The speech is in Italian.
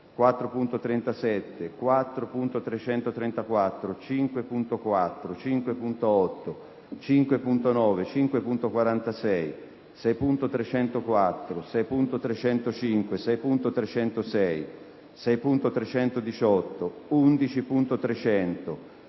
4.37, 4.334, 5.4, 5.8, 5.9, 5.46, 6.304, 6.305, 6.306, 6.318, 11.300,